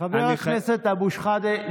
חבר הכנסת אבו שחאדה,